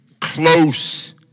close